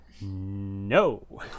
No